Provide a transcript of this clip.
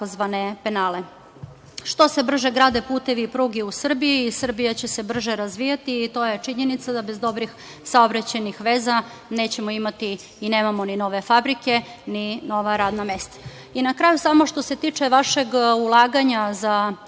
na tzv. penale. Što se brže grade putevi i pruge u Srbiji, Srbija će se brže razvijati, to je činjenica, da bez dobrih saobraćajnih veza nećemo imati i nemamo ni nove fabrike ni nova radna mesta. Na kraju, samo, što se tiče vašeg ulaganja za